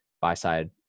buy-side